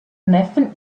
neffen